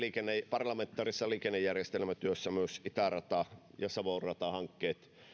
parlamentaarisessa liikennejärjestelmätyössä myös itäradan ja savon radan hankkeet